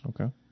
Okay